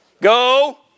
Go